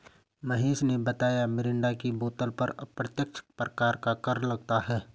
महेश ने बताया मिरिंडा की बोतल पर अप्रत्यक्ष प्रकार का कर लगता है